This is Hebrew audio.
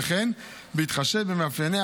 וכן בהתחשב במאפייניה,